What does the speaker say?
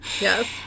Yes